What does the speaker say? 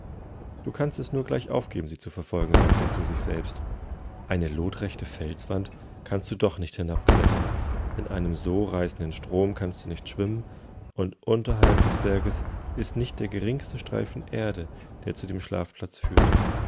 du kannst es nur gleich aufgeben sie zu verfolgen sagte er zu sich selbst eine lotrechte felswand kannst du doch nichthinabklettern ineinemsoreißendenstromkannstdunichtschwimmen und unterhalb des berges ist nicht der geringste streifen erde der zu dem schlafplatzführt